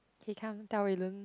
come tell Wei-Lun